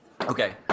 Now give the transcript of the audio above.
Okay